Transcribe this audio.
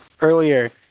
earlier